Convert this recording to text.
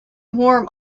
warm